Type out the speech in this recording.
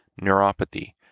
neuropathy